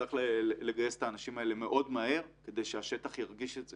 ונצטרך לגייס את האנשים האלה מאוד מהר כדי שהשטח ירגיש את זה.